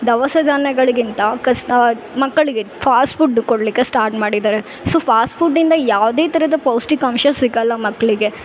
ದವಸ ಧಾನ್ಯಗಳ್ಗಿಂತ ಕಸ್ ಮಕ್ಕಳಿಗೆ ಫಾಸ್ಟ್ ಫುಡ್ ಕೊಡಲಿಕ್ಕೆ ಸ್ಟಾರ್ಟ್ ಮಾಡಿದ್ದಾರೆ ಸೊ ಫಾಸ್ಟ್ ಫುಡಿಂದ ಯಾವುದೇ ಥರದ ಪೌಷ್ಟಿಕಾಂಶ ಸಿಗಲ್ಲ ಮಕ್ಕಳಿಗೆ